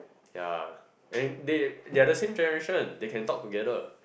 ya and they they are the same generation they can talk together